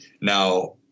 Now